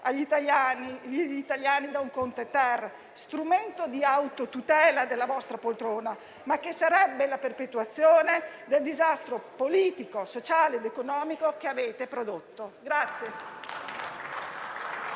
agli italiani un Governo Conte-*ter*, strumento di autotutela della vostra poltrona, ma che sarebbe la perpetuazione del disastro politico, sociale ed economico che avete prodotto.